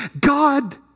God